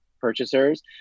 purchasers